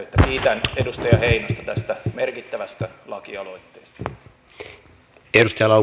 kiitän edustaja heinosta tästä merkittävästä lakialoitteesta